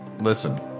Listen